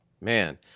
Man